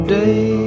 day